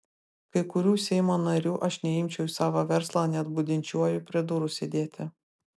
kai kurių seimo narių aš neimčiau į savo verslą net budinčiuoju prie durų sėdėti